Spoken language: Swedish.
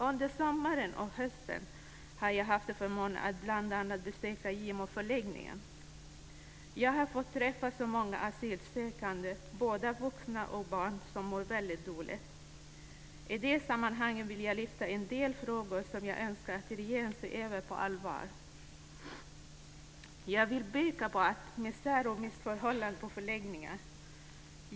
Under sommaren och hösten har jag haft förmånen att bl.a. besöka Gimoförläggningen. Jag har fått träffa många asylsökande, både vuxna och barn, som mår väldigt dåligt. I det här sammanhanget vill jag lyfta fram en del frågor som jag önskar att regeringen ser över på allvar. Jag vill peka på all misär och alla missförhållanden på förläggningar.